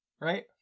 right